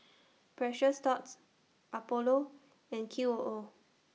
Precious Thots Apollo and Q O O